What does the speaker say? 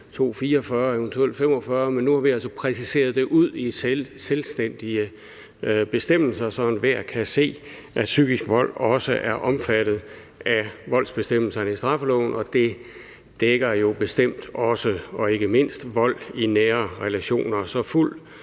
244 og eventuelt § 245, men nu har vi altså præciseret det som selvstændige bestemmelser, så enhver kan se, at psykisk vold også er omfattet af voldsbestemmelserne i straffeloven, og det dækker jo bestemt også – og ikke mindst – vold i nære relationer. Så der